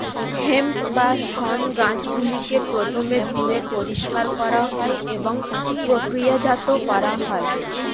hemp বা শণ গাছগুলিকে প্রথমে ধুয়ে পরিষ্কার করা হয় এবং প্রক্রিয়াজাত করা হয়